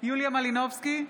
יוליה מלינובסקי,